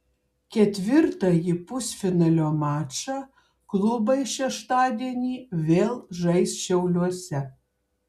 ketvirtąjį pusfinalio mačą klubai šeštadienį vėl žais šiauliuose